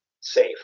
safe